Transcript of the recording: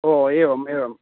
ओ एवं एवं